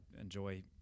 enjoy